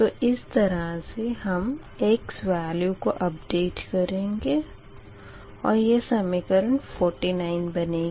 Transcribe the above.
तो इस तरह से हम x वैल्यू को अपडेट करेंगे और यह समीकरण 49 बनेगी